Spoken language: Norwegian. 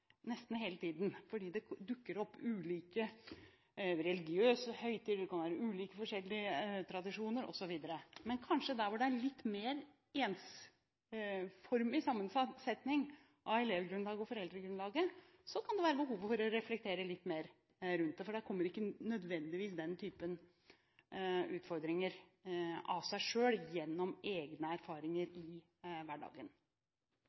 nesten hele tiden, fordi det dukker opp ulike religiøse høytider og ulike tradisjoner osv. Men der det kanskje er en mer ensformig sammensetning av elevgrunnlaget og foreldregrunnlaget, kan det være behov for å reflektere litt mer rundt det, for da kommer ikke nødvendigvis den slags utfordringer av seg selv, gjennom egne erfaringer i hverdagen.